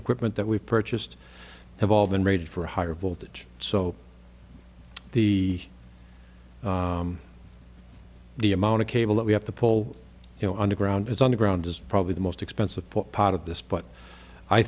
equipment that we've purchased have all been rated for a higher voltage so the the amount of cable that we have to pull you know underground it's underground is probably the most expensive put part of this but i